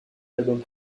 albums